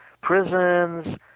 prisons